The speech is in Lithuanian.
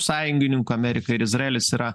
sąjungininkų amerika ir izraelis yra